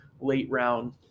late-round